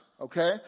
Okay